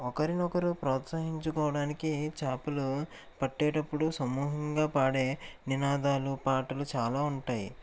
ఒకరిని ఒకరు ప్రోత్సహించడానికి చేపలు పట్టేటప్పుడు సమూహంగా పాడే నినాదాలు పాటలు చాలా ఉంటాయి